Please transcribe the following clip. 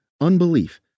unbelief